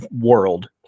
world